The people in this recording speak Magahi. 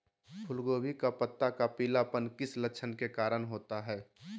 फूलगोभी का पत्ता का पीलापन किस लक्षण के कारण होता है?